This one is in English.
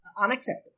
unacceptable